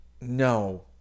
No